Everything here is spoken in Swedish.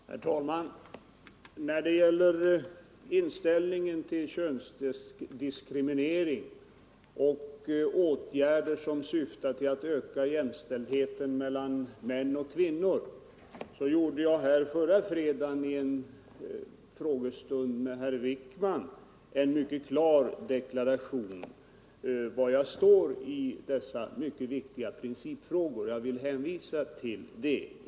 ledighet för manliga Herr talman! När det gäller inställningen till de mycket viktiga prinstatstjänstemän cipfrågorna om könsdiskrimineringen och åtgärder som syftar till att öka jämställdheten mellan män och kvinnor gjorde jag förra veckan under en frågestund med herr Wijkman en mycket klar deklaration om var jag står. Jag vill hänvisa till detta uttalande.